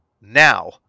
Now